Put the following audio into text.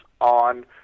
on